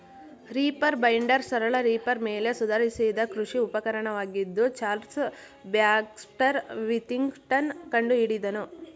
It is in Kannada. ರೀಪರ್ ಬೈಂಡರ್ ಸರಳ ರೀಪರ್ ಮೇಲೆ ಸುಧಾರಿಸಿದ ಕೃಷಿ ಉಪಕರಣವಾಗಿದ್ದು ಚಾರ್ಲ್ಸ್ ಬ್ಯಾಕ್ಸ್ಟರ್ ವಿಥಿಂಗ್ಟನ್ ಕಂಡುಹಿಡಿದನು